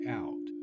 out